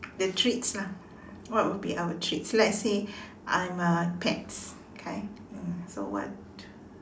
the treats lah what will be our treats let's say I am a pet okay uh so what